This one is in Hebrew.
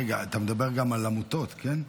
רגע, אתה מדבר גם על עמותות, כן?